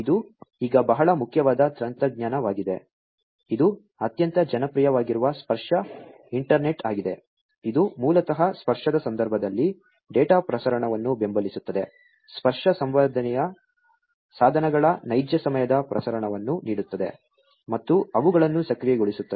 ಇದು ಈಗ ಬಹಳ ಮುಖ್ಯವಾದ ತಂತ್ರಜ್ಞಾನವಾಗಿದೆ ಇದು ಅತ್ಯಂತ ಜನಪ್ರಿಯವಾಗಿರುವ ಸ್ಪರ್ಶ ಇಂಟರ್ನೆಟ್ ಆಗಿದೆ ಇದು ಮೂಲತಃ ಸ್ಪರ್ಶದ ಸಂದರ್ಭದಲ್ಲಿ ಡೇಟಾ ಪ್ರಸರಣವನ್ನು ಬೆಂಬಲಿಸುತ್ತದೆ ಸ್ಪರ್ಶ ಸಂವೇದನೆಯ ಸಾಧನಗಳ ನೈಜ ಸಮಯದ ಪ್ರಸರಣವನ್ನು ನೀಡುತ್ತದೆ ಮತ್ತು ಅವುಗಳನ್ನು ಸಕ್ರಿಯಗೊಳಿಸುತ್ತದೆ